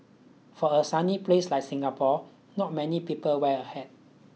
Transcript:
for a sunny place like Singapore not many people wear a hat